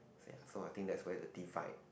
ya so I think that's where the define